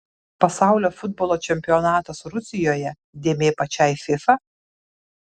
pasaulio futbolo čempionatas rusijoje dėmė pačiai fifa